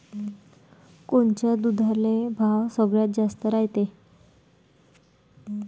कोनच्या दुधाले भाव सगळ्यात जास्त रायते?